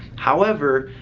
however,